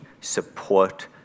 support